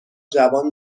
جوان